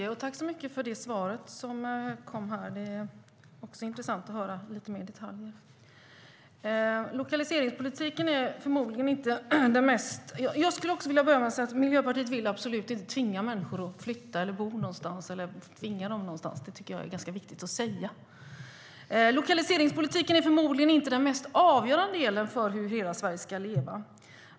Fru talman! Tack för svaret. Det är intressant att höra lite mer detaljer. Jag vill börja med att säga att Miljöpartiet absolut inte vill tvinga människor att flytta eller att bo någonstans. Jag tycker att det är viktigt att säga. Lokaliseringspolitiken är förmodligen inte den mest avgörande frågan för hur hela Sverige ska leva.